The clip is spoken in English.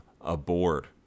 aboard